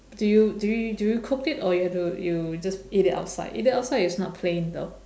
do you do you do you cook it or you have to you just eat it outside eat it outside is not plain though